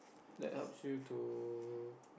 like helps you to